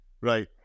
right